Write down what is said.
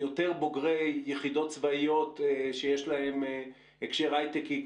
יותר בוגרי יחידות צבאיות שיש להם הקשר היי-טקי,